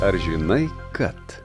ar žinai kad